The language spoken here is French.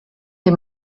des